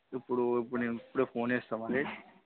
ఇప్పుడు ఇప్పుడు నేను ఇప్పుడే ఫోన్ చేస్తాను మరి